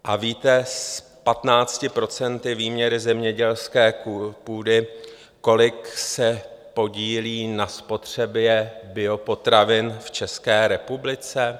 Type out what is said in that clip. A víte, s 15 % výměry zemědělské půdy kolik se podílí na spotřebě biopotravin v České republice?